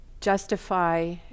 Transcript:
justify